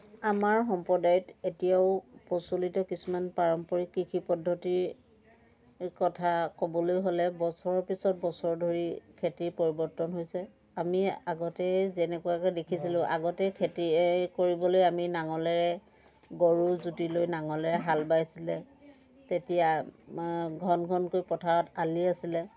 আমাৰ সম্প্ৰদায়ত এতিয়াও প্ৰচলিত কিছুমান পাৰম্পৰিক কৃষি পদ্ধতিৰ কথা ক'বলৈ হ'লে বছৰৰ পিছত বছৰ ধৰি খেতিৰ পৰিৱৰ্তন হৈছে আমি আগতে যেনেকুৱাকৈ দেখিছিলোঁ আগতে খেতি কৰিবলৈ আমি নাঙলেৰে গৰুযুতি লৈ নাঙলেৰে হাল বাইছিলে তেতিয়া ঘন ঘনকৈ পথাৰত আলি আছিলে